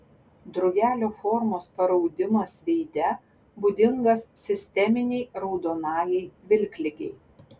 drugelio formos paraudimas veide būdingas sisteminei raudonajai vilkligei